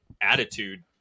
attitude